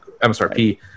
MSRP